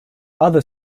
other